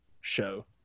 show